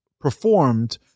performed